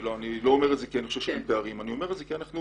איני אומר זאת כי אין פערים אני אומר זאת כי אנחנו